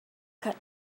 cut